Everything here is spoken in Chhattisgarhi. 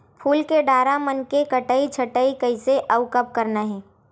फूल के डारा मन के कटई छटई कइसे अउ कब करना हे?